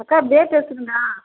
அக்கா டேஷனுங்களா